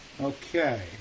Okay